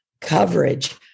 coverage